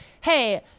Hey